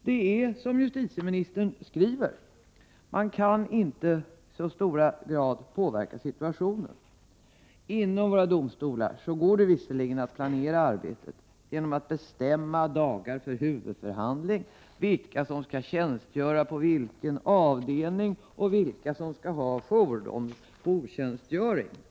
Det är så som justitieministern skriver — man kan inte påverka situationen i så hög grad. Inom våra domstolar går det visserligen att planera arbetet genom att t.ex. bestämma dag för huvudförhandling, vilka som skall tjänstgöra på vilka avdelningar och vilka som skall ha jourtjänstgöring.